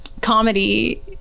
comedy